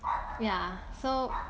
ya so